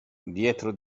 dietro